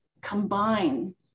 combine